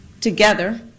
together